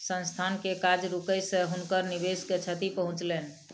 संस्थान के काज रुकै से हुनकर निवेश के क्षति पहुँचलैन